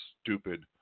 stupid